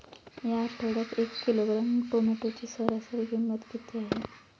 या आठवड्यात एक किलोग्रॅम टोमॅटोची सरासरी किंमत किती आहे?